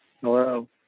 Hello